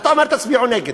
ואתה אומר: תצביעו נגד.